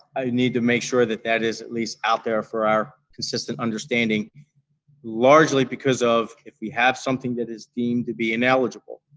i need to make sure that that is at least, out there for our consistent understanding largely because of if we have something that is deemed to be ineligible,